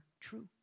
true